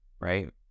right